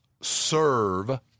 serve